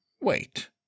wait